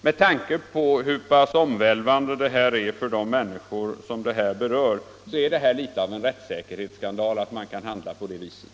Med tanke på hur omvälvande förslaget är för de människor det berör är det något av en rättssäkerhetsskandal att man kan handla på det viset.